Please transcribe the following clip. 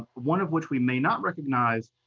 one of which we may not recognize,